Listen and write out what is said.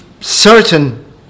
certain